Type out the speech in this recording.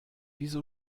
wieso